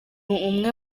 umwe